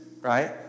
right